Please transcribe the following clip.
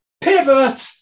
pivot